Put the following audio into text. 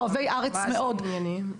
ואוהבי הארץ מאוד --- מה זה ענייניים.